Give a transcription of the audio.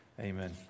Amen